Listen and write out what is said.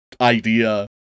idea